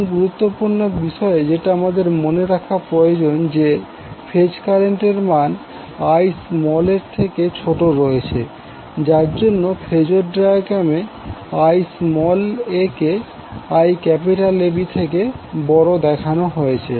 এখন গুরুত্বপূর্ণ বিষয় যেটা আমাদের মনে রাখা প্রয়োজন যে ফেজ কারেন্টের মান Iaএর থেকে ছোট রয়েছে যার জন্য ফেজর ডায়াগ্রামে Iaকে IABএর থেকে বড় দেখানো হয়েছে